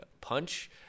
punch